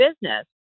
business